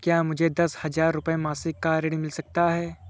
क्या मुझे दस हजार रुपये मासिक का ऋण मिल सकता है?